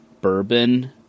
bourbon